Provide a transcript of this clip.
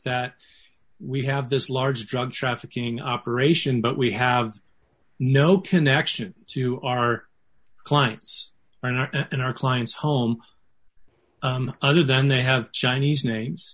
that we have this large drug trafficking operation but we have no connection to our clients or not in our client's home other than they have chinese names